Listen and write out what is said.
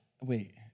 wait